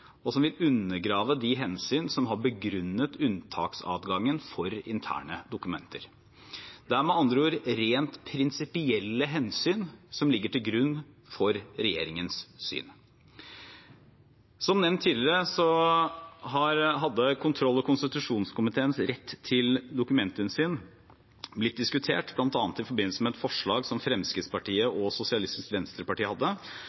og som ville undergrave de hensynene som har begrunnet unntaksadgangen for interne dokumenter. Det er med andre ord rent prinsipielle hensyn som ligger til grunn for regjeringens syn. Som nevnt tidligere har kontroll- og konstitusjonskomiteens rett til dokumentinnsyn blitt diskutert, bl.a. i forbindelse med et forslag som Fremskrittspartiet og Sosialistisk Venstreparti hadde,